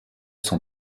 sont